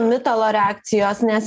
mitalo reakcijos nes